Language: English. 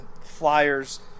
Flyers